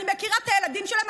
אני מכירה את הילדים שלהם,